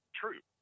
true